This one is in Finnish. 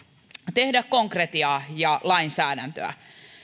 tehdä konkretiaa ja lainsäädäntöä